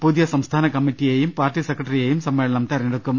പുതിയ സംസ്ഥാന കമ്മിറ്റിയെയും പാർട്ടി സെക്രട്ടറിയെയും സമ്മേ ളനം തിരഞ്ഞെടുക്കും